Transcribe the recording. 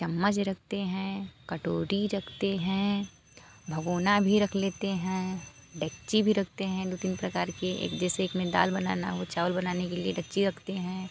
चम्मच रखते हैं कटोरी रखते हैं भगौना भी रख लेते हैं डेक्ची भी रखते हैं दो तीन प्रकार के एक जैसे एक में दाल बनाना हो चावल बनाने के लिए डेक्ची रखते हैं